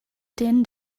din